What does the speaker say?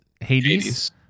hades